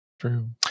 True